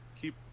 Keep